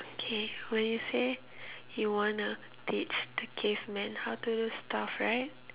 K when you say you wanna teach the caveman how to do stuff right